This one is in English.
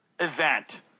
event